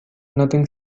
nothing